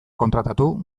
kontratatu